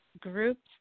groups